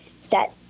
set